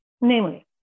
Namely